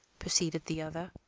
proceeded the other.